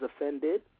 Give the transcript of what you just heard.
offended